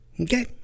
Okay